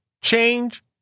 change